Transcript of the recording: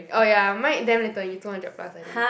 oh ya mine damn little only two hundred plus I think